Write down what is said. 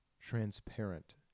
Transparent